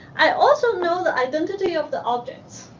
i also know the identity of the objects.